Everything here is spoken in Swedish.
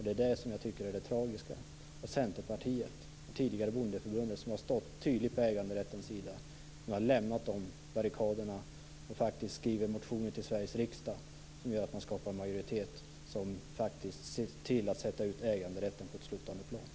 Det är detta som jag tycker är det tragiska, att Centerpartiet - tidigare Bondeförbundet - som har stått tydligt upp för äganderätten, nu har lämnat dessa barrikader och skrivit motioner till Sveriges riksdag som har lett till en majoritet som nu ser till att sätta ut äganderätten på ett sluttande plan.